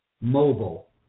mobile